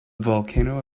volcano